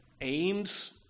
aims